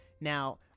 Now